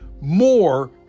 more